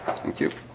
thank you,